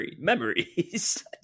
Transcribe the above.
memories